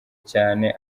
cyane